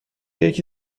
یکی